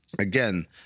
Again